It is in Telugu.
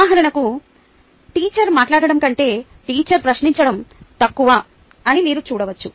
ఉదాహరణకు టీచర్ మాట్లాడటం కంటే టీచర్ ప్రశ్నించడం తక్కువ అని మీరు చూడవచ్చు